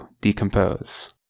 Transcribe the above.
decompose